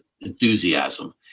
enthusiasm